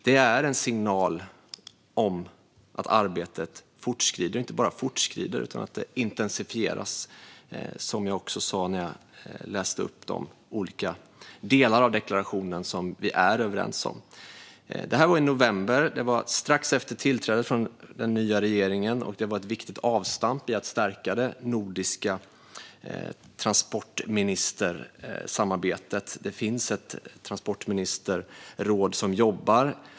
Det är en signal om att arbetet inte bara fortskrider utan också intensifieras, som jag också sa när jag läste upp de olika delar av deklarationen som vi är överens om. Detta var i november. Det var strax efter tillträdet för den nya regeringen, och det var ett viktigt avstamp i att stärka det nordiska transportministersamarbetet. Det finns ett transportministerråd som jobbar.